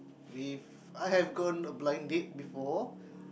we've I have gone a blinding day before